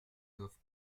doivent